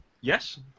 Yes